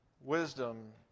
wisdom